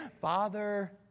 Father